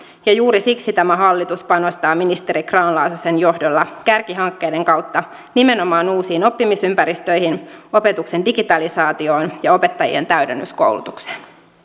ja juuri siksi tämä hallitus panostaa ministeri grahn laasosen johdolla kärkihankkeiden kautta nimenomaan uusiin oppimisympäristöihin opetuksen digitalisaatioon ja opettajien täydennyskoulutukseen